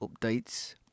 updates